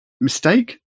mistake